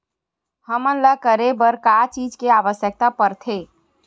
हमन ला करे बर का चीज के आवश्कता परथे?